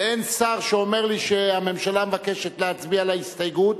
ואין שר שאומר לי שהממשלה מבקשת להצביע על ההסתייגות,